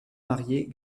mariée